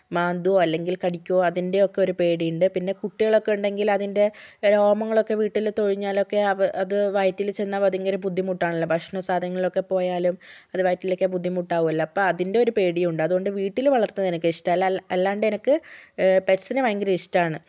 മാന്തുമോ അല്ലെങ്കിൽ കടിക്കുമോ അതിൻറെയൊക്കെ ഒരു പേടി ഉണ്ട് പിന്നെ കുട്ടികളൊക്കെ ഉണ്ടെങ്കിൽ അതിൻറെ രോമങ്ങളൊക്കെ വീട്ടിൽ പൊഴിഞ്ഞാലൊക്കെ അത് വയറ്റിൽ ചെന്നാൽ ഭയങ്കര ബുദ്ധിമുട്ടാണല്ലോ ഭക്ഷണ സാധനങ്ങളിലൊക്കെ പോയാലും അത് വയറ്റിലെത്തിയാൽ ബുദ്ധിമുട്ടാകുമല്ലോ അപ്പോൾ അതിൻറെ ഒരു പേടിയുണ്ട് അതുകൊണ്ട് വീട്ടിൽ വളർത്തുന്നത് എനിക്ക് ഇഷ്ടമല്ല അല്ലാണ്ടെനിക്ക് പെറ്റ്സിനെ ഭയങ്കര ഇഷ്ടമാണ്